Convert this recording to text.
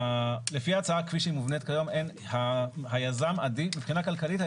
לפי ההצעה כפי שהיא מובנית היום היזם אדיש מבחינה כלכלית.